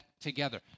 together